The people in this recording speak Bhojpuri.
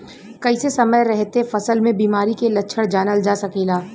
कइसे समय रहते फसल में बिमारी के लक्षण जानल जा सकेला?